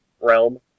realm